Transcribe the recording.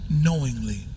knowingly